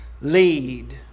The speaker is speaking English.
lead